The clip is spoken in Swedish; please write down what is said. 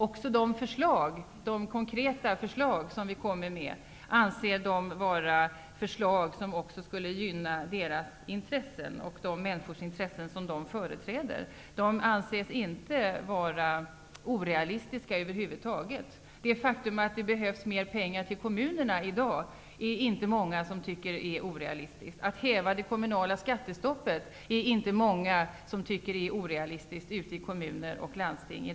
Även de konkreta förslag som vi kommer med anser de vara förslag som skulle gynna de människors intressen som de företräder. Förslagen anses över huvud taget inte vara orealistiska. Det faktum att det behövs mer pengar till kommunerna i dag är det inte många som tycker är orealistiskt. Att häva det kommunala skattestoppet är det inte många som tycker är orealistiskt ute i kommuner och landsting.